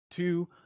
Two